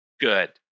good